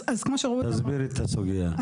תסבירי את הסוגייה.